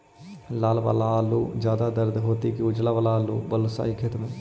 लाल वाला आलू ज्यादा दर होतै कि उजला वाला आलू बालुसाही खेत में?